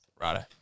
Right